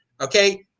okay